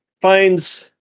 finds